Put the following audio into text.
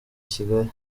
kigali